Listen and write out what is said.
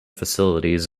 facilities